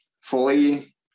fully